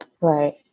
Right